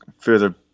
further